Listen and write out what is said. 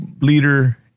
leader